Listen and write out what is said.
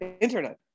internet